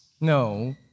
No